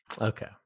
Okay